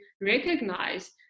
recognize